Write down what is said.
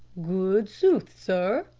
good sooth, sir,